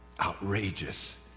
outrageous